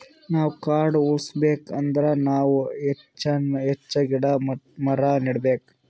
ನಾವ್ ಕಾಡ್ ಉಳ್ಸ್ಕೊಬೇಕ್ ಅಂದ್ರ ನಾವ್ ಹೆಚ್ಚಾನ್ ಹೆಚ್ಚ್ ಗಿಡ ಮರ ನೆಡಬೇಕ್